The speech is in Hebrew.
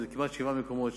כמעט שבעה מקומות,